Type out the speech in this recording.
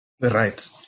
Right